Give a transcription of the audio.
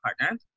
partner